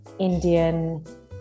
indian